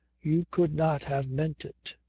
you could not have meant it.